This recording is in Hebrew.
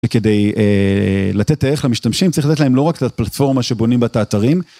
וכדי לתת תהך למשתמשים, צריך לתת להם לא רק את הפלטפורמה שבונים בתאתרים.